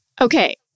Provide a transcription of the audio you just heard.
Okay